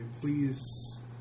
Please